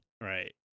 Right